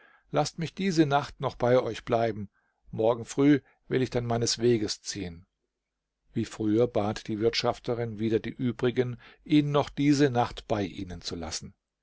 laßt mich diese nacht noch bei euch bleiben morgen früh will ich dann meines weges ziehen wie früher bat die wirtschafterin wieder die übrigen ihn noch diese nacht bei ihnen zu lassen